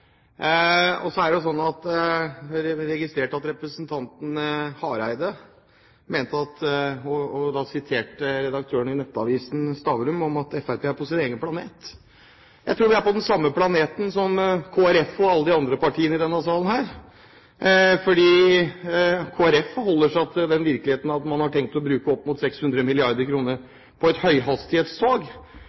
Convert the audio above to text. registrerte at representanten Hareide siterte redaktøren i Nettavisen, Stavrum, om at Fremskrittspartiet er på sin egen planet. Jeg tror vi er på den samme planeten som Kristelig Folkeparti og alle de andre partiene i denne salen, for Kristelig Folkeparti forholder seg til den virkeligheten at man har tenkt å bruke opp mot 600 mrd. kr på